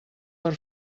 per